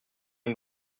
les